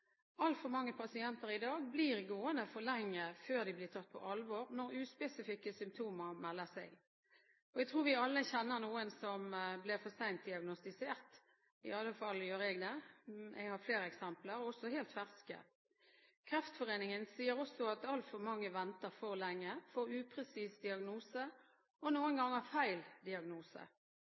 Altfor mange pasienter i dag blir gående for lenge før de blir tatt på alvor når uspesifikke symptomer melder seg. Jeg tror vi alle kjenner noen som ble for sent diagnostisert, i alle fall gjør jeg det – jeg har flere eksempler, også helt ferske. Kreftforeningen sier også at altfor mange venter for lenge, får upresis diagnose og noen ganger feil diagnose.